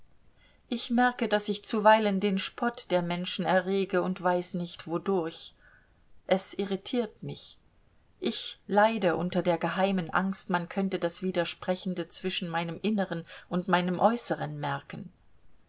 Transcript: ich merke daß ich zuweilen den spott der menschen errege und weiß nicht wodurch es irritiert mich ich leide unter der geheimen angst man könne das widersprechende zwischen meinem inneren und meinem äußeren merken